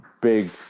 big